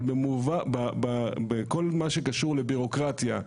אבל בכל מה שקשור לבירוקרטיה,